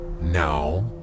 now